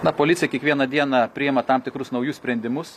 na policija kiekvieną dieną priima tam tikrus naujus sprendimus